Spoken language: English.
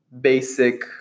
basic